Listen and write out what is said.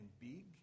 big